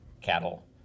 cattle